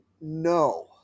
no